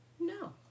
No